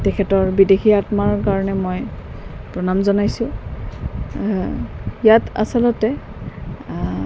তেখেতৰ বিদেহী আত্মাৰ কাৰণে মই প্ৰণাম জনাইছোঁ ইয়াত আচলতে